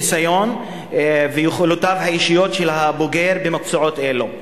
ניסיון ויכולותיו האישיות של הבוגר במקצועות אלו,